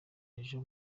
ejo